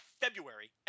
February